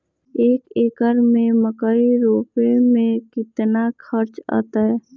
एक एकर में मकई रोपे में कितना खर्च अतै?